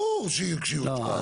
ברור שהיא אושרה.